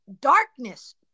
darkness